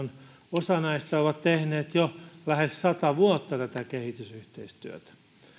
osa näistä on tehnyt jo lähes sata vuotta tätä kehitysyhteistyötä